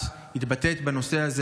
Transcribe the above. את התבטאת בנושא זה,